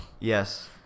Yes